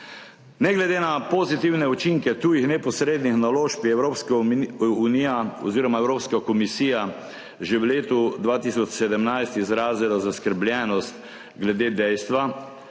Ne glede na pozitivne učinke tujih neposrednih naložb je Evropska unija oziroma Evropska komisija že v letu 2017 izrazila zaskrbljenost glede dejstva,